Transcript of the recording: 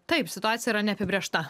taip situacija yra neapibrėžta